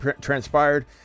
transpired